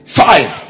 five